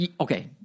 Okay